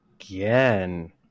Again